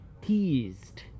teased